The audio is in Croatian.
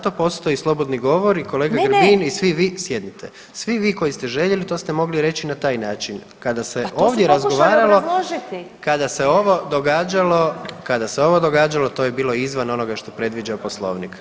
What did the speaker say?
To, ima, za to postoje slobodni govor i kolega Grbin i svi vi [[Upadica: Ne, ne.]] sjednite, svi vi koji ste željeli to ste mogli reći na taj način [[Upadica: Pa to su pokušali obrazložiti.]] kada se ovdje razgovaralo, kada se ovo događalo, kada se ovo događalo to je bilo izvan onoga što predviđa Poslovnik.